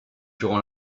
durant